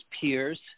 peers